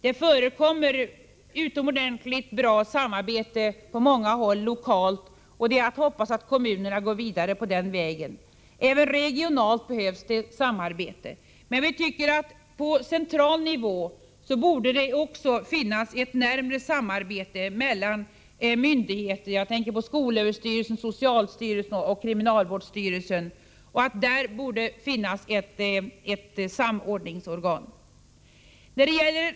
Det förekommer utomordentligt bra samarbete på många håll lokalt, och det är att hoppas att kommunerna går vidare på den vägen. Även regionalt behövs det ett samarbete, men vi tycker att på central nivå borde det också finnas ett närmre samarbete mellan myndigheter — jag tänker på skolöverstyrelsen, socialstyrelsen och kriminalvårdsstyrelsen — och att där borde finnas ett samordningsorgan.